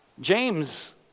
James